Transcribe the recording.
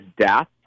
death